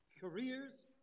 Careers